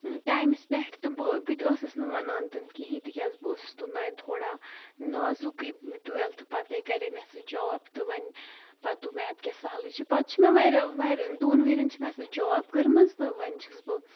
ٹایمَس پٮ۪ٹھ تہٕ بہٕ بٕتہِ ٲسٕس نہٕ وَنان تنہٕ کِہیٖنۍ تِکیازِ بہٕ اوسٕس تُلان تھوڑا نازکٕے ٹُویلتھٕ پَتَے کَرے مےٚ سُہ جاب تہٕ ونۍ پَتہٕ دوٚپ مےٚ اَدٕ کیٛاہ سہلٕے چھِ پَتہٕ چھِ مےٚ واریاہ واریاہ دۄ ن ؤریَن چھِ مےٚ سُہ جاب کٔرمٕژ تہٕ وۄنۍ چھَس بہٕ